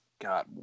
God